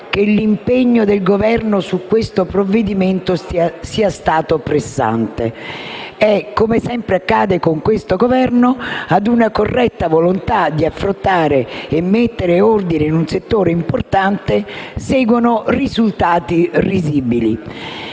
che l'impegno del Governo sul provvedimento in esame sia stato pressante e, come sempre accade con l'Esecutivo in carica, ad una corretta volontà di affrontare e mettere ordine in un settore importante, seguono risultati risibili.